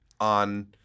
on